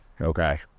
Okay